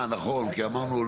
כן.